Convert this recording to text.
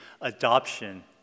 adoption